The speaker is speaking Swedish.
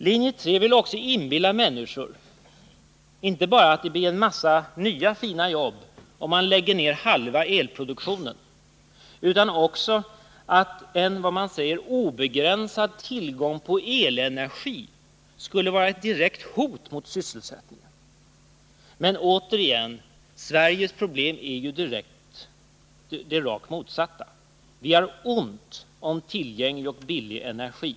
Linje 3 vill också inbilla människor inte bara att det blir en massa nya, fina jobb om man lägger ned halva elproduktionen utan också att en som man säger obegränsad tillgång på elenergi skulle vara ett direkt hot mot sysselsättningen. Men återigen: Sveriges problem är ju det rakt motsatta. Vi har ont om tillgänglig och billig energi.